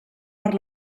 per